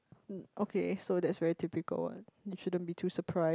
mm okay so that's very typical one you shouldn't be too surprised